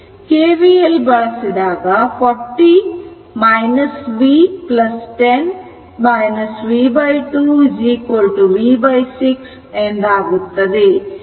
KVL ಬಳಸಿದಾಗ 40 v 10 v2 v6 ಎಂದಾಗುತ್ತದೆ